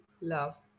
love